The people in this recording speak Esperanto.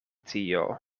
tio